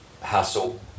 hassle